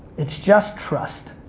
it's just trust.